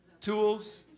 Tools